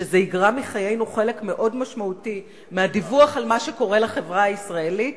שזה יגרע מחיינו חלק מאוד משמעותי מהדיווח על מה שקורה לחברה הישראלית,